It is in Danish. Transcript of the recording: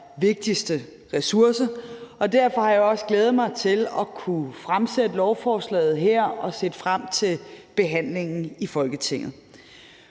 allervigtigste ressource. Derfor har jeg også glædet mig til at kunne fremsætte lovforslaget her og har set frem til behandlingen i Folketinget.